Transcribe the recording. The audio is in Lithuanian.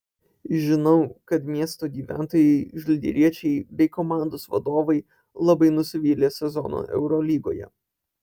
žinau kad miesto gyventojai žalgiriečiai bei komandos vadovai labai nusivylė sezonu eurolygoje